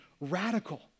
radical